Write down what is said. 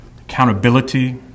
accountability